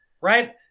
right